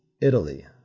Italy